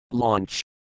Launch